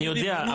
אני יודע,